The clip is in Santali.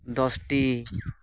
ᱫᱚᱥᱴᱤ